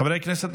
חברי הכנסת,